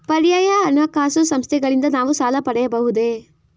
ಪರ್ಯಾಯ ಹಣಕಾಸು ಸಂಸ್ಥೆಗಳಿಂದ ನಾವು ಸಾಲ ಪಡೆಯಬಹುದೇ?